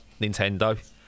nintendo